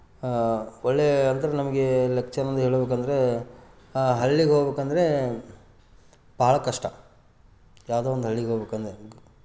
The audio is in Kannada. ಒಳ್ಳೆಯ ಅಂದರೆ ನಮಗೆ ಹೇಳ್ಬೇಕಂದ್ರೆ ಹಳ್ಳಿಗೆ ಹೋಗ್ಬೇಕಂದ್ರೆ ಭಾಳ ಕಷ್ಟ ಯಾವುದೋ ಒಂದು ಹಳ್ಳಿಗೆ ಹೋಗ್ಬೇಕಂದ್ರೆ